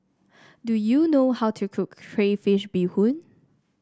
do you know how to cook Crayfish Beehoon